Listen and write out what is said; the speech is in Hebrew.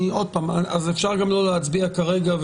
אפשר גם לא להצביע כרגע,